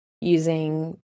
using